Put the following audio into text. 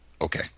Okay